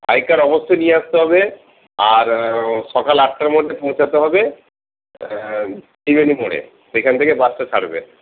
I card অবশ্যই নিয়ে আসতে হবে আর সকাল আটটার মধ্যে পৌঁছাতে হবে ত্রিবেণী মোড়ে সেখান থেকে বাসটা ছাড়বে